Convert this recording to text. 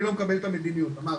אני לא מקבל את המדיניות, אמרתי.